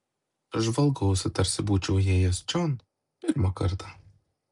žvalgausi tarsi būčiau įėjęs čion pirmą kartą